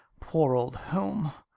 poor old home!